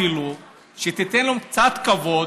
שאפילו תיתן להם קצת כבוד,